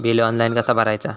Bill online कसा भरायचा?